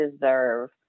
deserve